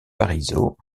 parisot